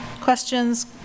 questions